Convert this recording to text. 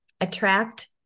attract